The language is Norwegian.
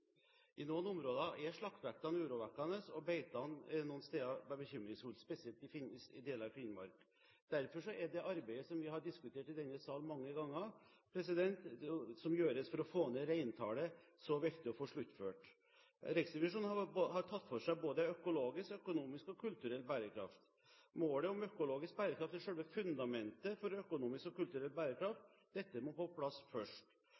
I noen områder er slaktevektene urovekkende, og noen steder er situasjonen bekymringsfull med tanke på beitene, spesielt i deler av Finnmark. Derfor er det arbeidet – som vi har diskutert i denne sal mange ganger – som gjøres for å få ned reintallet, så viktig å få sluttført. Riksrevisjonen har tatt for seg både økologisk, økonomisk og kulturell bærekraft. Målet om økologisk bærekraft er selve fundamentet for økonomisk og kulturell bærekraft. Dette må på plass først.